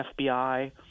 FBI